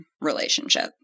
relationship